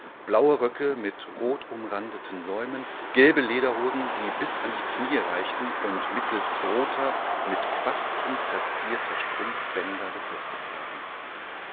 blaue röcke mit rotumrandeten säumen gelbe lederhosen die bis an die knie reichten und mittels roter mit quasten verzierter strumpfbänder befestigtwaren